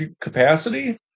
capacity